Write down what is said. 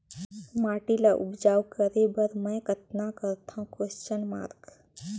माटी ल उपजाऊ करे बर मै कतना करथव?